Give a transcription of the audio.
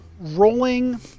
rolling